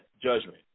judgment